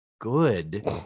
good